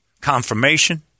confirmation